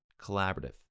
Collaborative